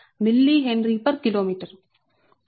4605 log DeqDs mHkm